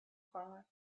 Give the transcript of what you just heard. five